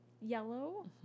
Yellow